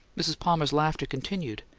mrs. palmer's laughter continued.